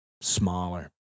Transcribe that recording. smaller